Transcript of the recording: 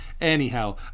Anyhow